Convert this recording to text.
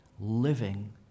living